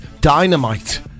dynamite